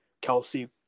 Kelsey